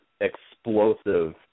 explosive